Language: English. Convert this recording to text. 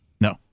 No